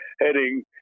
heading